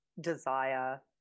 desire